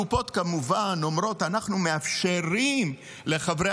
הקופות כמובן אומרות: אנחנו מאפשרות לחברי